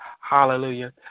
hallelujah